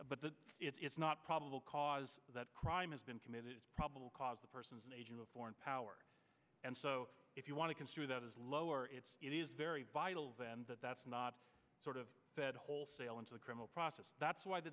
but the it's not probable cause that crime has been committed it's probable cause the person's age of a foreign power and so if you want to construe that as lower it's it is very vital then but that's not sort of that wholesale into the criminal process that's why the